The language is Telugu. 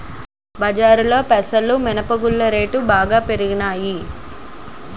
బజారులో పెసలు మినప గుళ్ళు రేట్లు బాగా పెరిగిపోనాయి